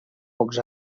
pocs